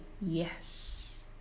Yes